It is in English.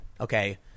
Okay